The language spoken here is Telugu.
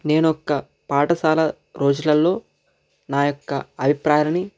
నేను ఒక పాఠశాల రోజులలో నా యొక్క అభిప్రాయాలని